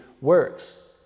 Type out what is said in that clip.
works